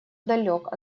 далек